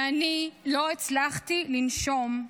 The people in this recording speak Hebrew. ואני לא הצלחתי לנשום.